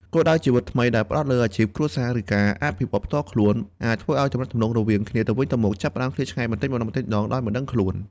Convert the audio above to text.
គោលដៅជីវិតថ្មីដែលផ្តោតលើអាជីព គ្រួសារ ឬការអភិវឌ្ឍន៍ផ្ទាល់ខ្លួន អាចធ្វើឱ្យទំនាក់ទំនងរវាងគ្នាទៅវិញទៅមកចាប់ផ្តើមឃ្លាតឆ្ងាយបន្តិចម្ដងៗដោយមិនដឹងខ្លួន។